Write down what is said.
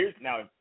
now